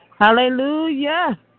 Hallelujah